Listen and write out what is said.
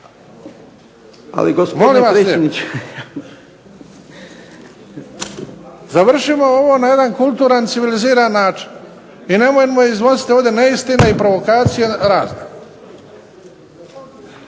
Ali gospodine predsjedniče./… Završimo ovo na jedan kulturan, civiliziran način i nemojmo iznositi ovdje neistinu i provokacije razne.